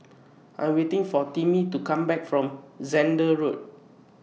I Am waiting For Timmy to Come Back from Zehnder Road